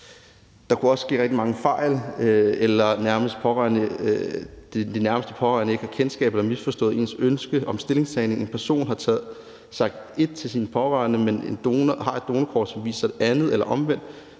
Der kunne også ske rigtig mange fejl, ved at de nærmeste pårørende ikke har kendskab til eller har misforstået ens stillingtagen. En person har måske sagt en ting til sine pårørende, men har et donorkort, som viser noget andet, eller omvendt.